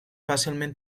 fàcilment